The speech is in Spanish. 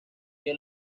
que